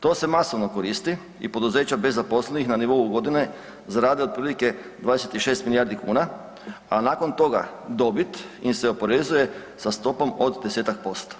To se masovno koristi i poduzeća bez zaposlenih na nivou godine zarade otprilike 26 milijardi kuna, a nakon toga dobit im se oporezuje sa stopom od 10-tak posto.